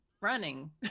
running